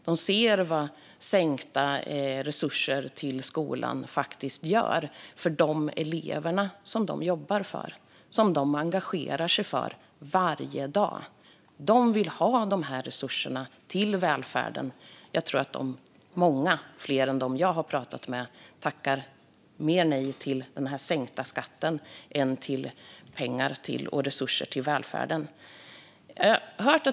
De ser vad sänkta resurser till skolan faktiskt gör för de elever som de jobbar för och engagerar sig för varje dag. De vill ha resurser till välfärden. Jag tror att många fler än de jag har pratat med hellre tackar nej till den sänkta skatten än till pengar och resurser till välfärden.